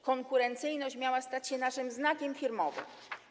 Konkurencyjność miała stać się naszym znakiem firmowym.